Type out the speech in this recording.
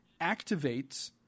activates